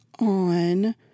on